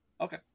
Okay